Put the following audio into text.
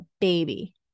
baby